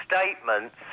statements